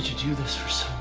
do this for so